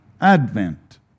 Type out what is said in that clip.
Advent